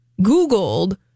Googled